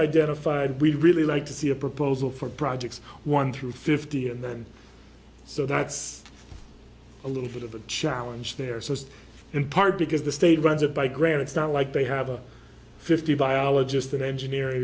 identified we really like to see a proposal for projects one through fifty and then so that's a little bit of a challenge there so it's in part because the state runs it by grants not like they have a fifty biologist an engineer